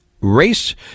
race